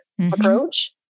approach